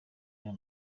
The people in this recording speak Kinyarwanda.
real